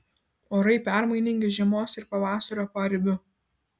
orai permainingi žiemos ir pavasario paribiu